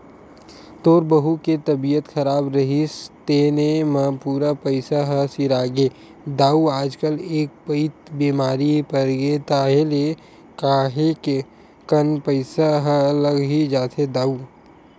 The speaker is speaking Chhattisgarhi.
तोर बहू के तबीयत खराब रिहिस तेने म पूरा पइसा ह सिरागे दाऊ आजकल एक पइत बेमार परगेस ताहले काहेक कन पइसा ह लग ही जाथे दाऊ